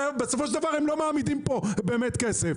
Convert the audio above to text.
בסופו של דבר הם לא מעמידים פה באמת כסף.